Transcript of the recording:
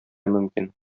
мөмкин